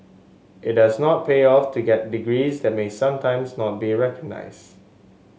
it does not pay off to get degrees that may sometimes not be recognised